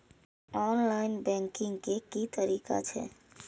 Online banking के की तरीका छै?